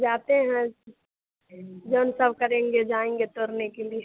जाते हैं जन सब करेंगे जाएँगे तोड़ने के लिए